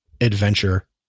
adventure